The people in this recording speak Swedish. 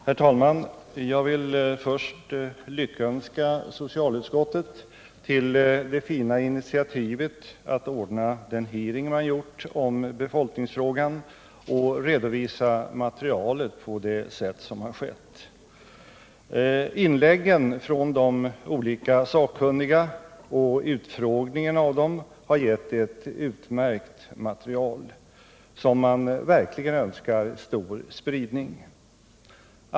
Herr talman! Jag vill först lyckönska socialutskottet till det fina initiativet att ordna en hearing om befolkningsfrågan och redovisa materialet på det sätt som skett. Inläggen från de olika sakkunniga och utfrågningen av dem har gett ett utmärkt material, som man verkligen önskar stor spridning.